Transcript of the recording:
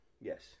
Yes